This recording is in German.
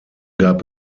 gab